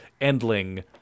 Endling